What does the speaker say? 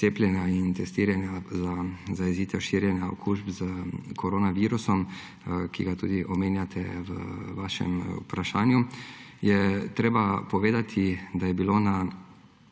in testiranja za zajezitev širjenja okužb z koronavirusom, ki ga tudi omenjate v vašem vprašanju, je treba povedati, da je bilo